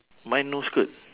mine no skirt